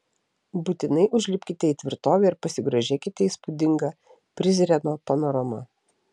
būtinai užlipkite į tvirtovę ir pasigrožėkite įspūdinga prizreno panorama